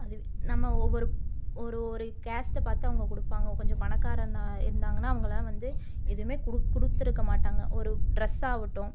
அது நம்ம ஒவ்வொரு ஒரு ஒரு கேஸ்ட்டை பார்த்து அவங்க கொடுப்பாங்க கொஞ்சம் பணக்காரனாக இருந்தாங்கன்னா அவங்கள்லாம் வந்து எதுவும் குடுக் கொடுத்துருக்க மாட்டாங்க ஒரு ட்ரெஸ்ஸாகாட்டும்